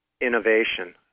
innovation